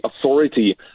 authority